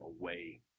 away